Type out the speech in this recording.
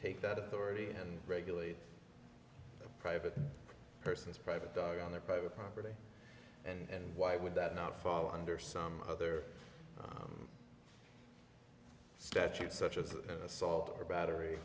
take that authority and regulate the private person's private dog on their private property and why would that not fall under some other statutes such as assault or battery